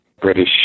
British